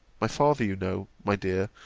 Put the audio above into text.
my father, you know, my dear,